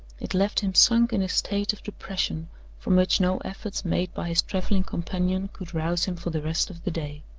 it left him sunk in a state of depression from which no efforts made by his traveling companion could rouse him for the rest of the day.